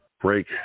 break